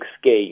scale